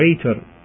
greater